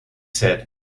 said